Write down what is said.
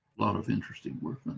lot of interesting work